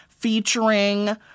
featuring